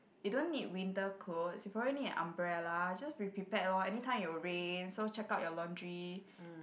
you don't need winter coat you probably need a umbrella just be prepared lor anytime it will rain so check out your laundry